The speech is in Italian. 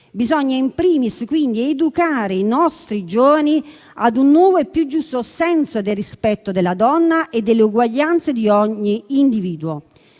Bisogna *in primis* quindi educare i nostri giovani a un nuovo e più giusto senso del rispetto della donna e dell'uguaglianza di ogni individuo.